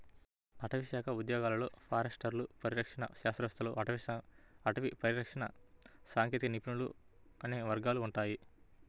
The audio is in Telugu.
అటవీశాఖ ఉద్యోగాలలో ఫారెస్టర్లు, పరిరక్షణ శాస్త్రవేత్తలు, అటవీ పరిరక్షణ సాంకేతిక నిపుణులు అనే వర్గాలు ఉంటాయి